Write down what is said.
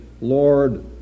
Lord